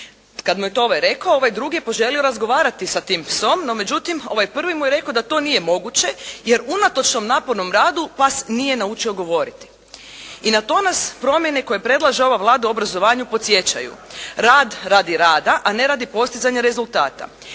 Kad mu je to ovaj rekao, ovaj drugi je poželio razgovarati sa tim psom. No međutim, ovaj prvi mu je rekao da to nije moguće, jer unatoč tom napornom radu pas nije naučio govoriti. I na to nas promjene koje predlaže ova Vlada u obrazovanju podsjećaju, rad radi rada, a ne radi postizanja rezultata.